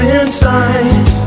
inside